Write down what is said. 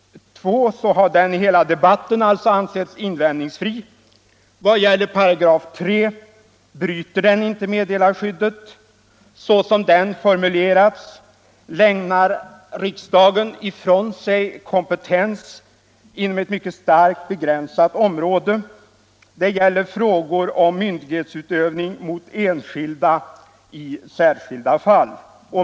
2§ har i hela debatten ansetts invändningsfri. 3 § bryter inte meddelarskyddet. Såsom den formulerats lämnar riksdagen ifrån sig kompetens inom ett mycket starkt begränsat område. Det gäller frågor om myndighetsutövning mot enskilda i särskilda fall.